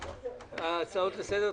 יש הצעות לסדר?